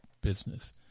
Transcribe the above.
business